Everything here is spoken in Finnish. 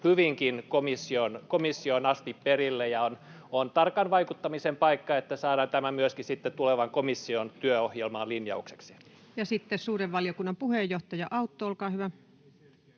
hyvinkin komissioon asti perille. On tarkan vaikuttamisen paikka, että saadaan tämä myöskin sitten tulevan komission työohjelmaan linjaukseksi. Ja sitten suuren valiokunnan puheenjohtaja Autto, olkaa hyvä.